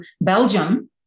Belgium